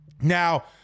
Now